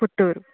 Puttur